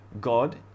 God